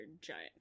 giant